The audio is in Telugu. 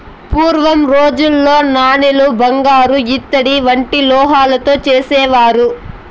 పూర్వం రోజుల్లో నాణేలు బంగారు ఇత్తడి వంటి లోహాలతో చేసేవారు